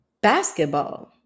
Basketball